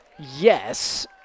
Yes